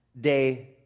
day